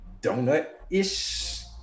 donut-ish